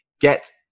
Get